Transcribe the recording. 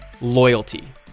loyalty